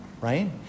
right